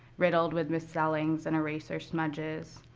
riddled with misspellings and erasure smudges,